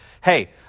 Hey